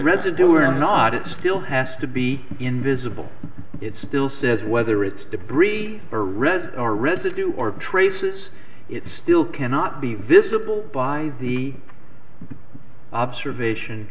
residue or not it still has to be invisible it still says whether it's debris or red or residue or traces it still cannot be visible by the observation